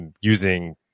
using